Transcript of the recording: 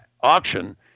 auction